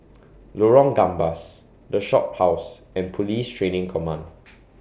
Lorong Gambas The Shophouse and Police Training Command